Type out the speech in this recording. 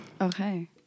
Okay